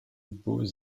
beaux